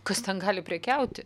kas ten gali prekiauti